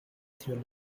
through